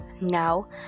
now